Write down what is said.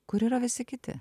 kur yra visi kiti